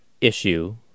issue